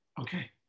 okay